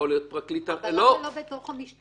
זה יכול להיות פרקליט --- אבל למה לא בתוך המשטרה,